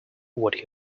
what